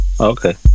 Okay